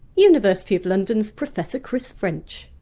university of london's professor chris french.